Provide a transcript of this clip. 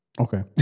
Okay